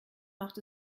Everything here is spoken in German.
macht